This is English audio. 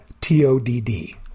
T-O-D-D